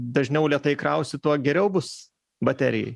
dažniau lėtai krausi tuo geriau bus baterijai